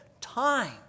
time